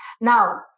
Now